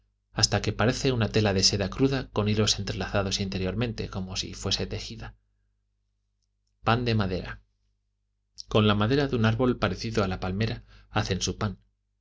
hasta que parece una tela de seda cruda con hilos entrelazados interiormente como si fuese tejida a de madera con la madera de un árbol parecido a la palmera hacen su pan